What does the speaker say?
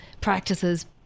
practices